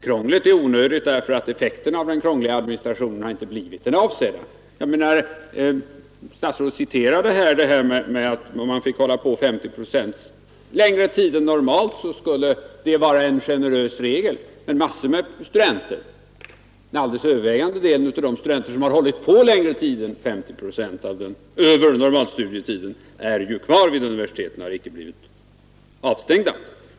Krånglet är onödigt, därför att effekten av den krångliga administrationen inte har blivit den avsedda. Statsrådet framhöll att när man får hålla på 50 procent längre tid än normalt är det en generös regel. Men massor med studenter, och den alldeles övervägande delen av de studenter som har hållit på längre tid än 50 procent över normalstudietiden, är ju kvar vid universiteten och har icke blivit avstängda.